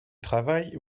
travail